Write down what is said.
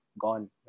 gone